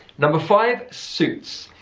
number five, suits.